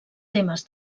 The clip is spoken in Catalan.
temes